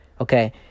Okay